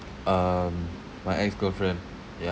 um my ex-girlfriend yeah